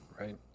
Right